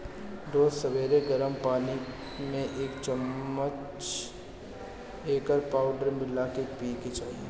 रोज सबेरे गरम पानी में एक चमच एकर पाउडर मिला के पिए के चाही